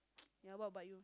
ya what about you